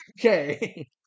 okay